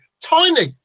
tiny